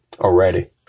already